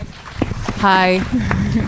Hi